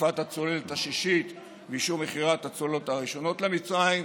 בתקופת הצוללת השישית ואישור מכירת הצוללות הראשונות למצרים.